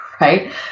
right